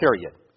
period